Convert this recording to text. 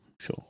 Sure